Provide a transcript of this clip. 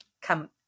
come